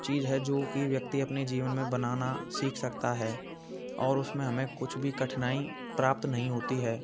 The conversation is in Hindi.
चीज़है जो कि व्यक्ति अपने जीवन में बनाना सीख सकता है और उसमें हमें कुछ भी कठिनाई प्राप्त नहीं होती है